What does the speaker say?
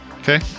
okay